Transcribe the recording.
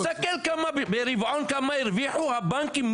תסתכל ברבעון כמה הרוויחו הבנקים,